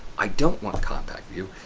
i don't want a compact view.